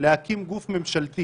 להקים גוף ממשלתי